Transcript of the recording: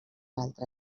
altre